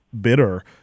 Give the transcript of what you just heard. bitter